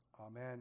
amen